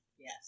Yes